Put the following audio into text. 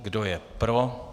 Kdo je pro?